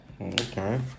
Okay